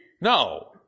No